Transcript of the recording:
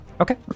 Okay